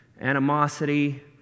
animosity